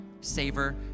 Savor